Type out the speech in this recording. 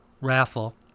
raffle